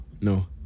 No